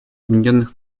объединенных